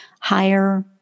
higher